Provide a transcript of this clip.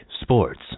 sports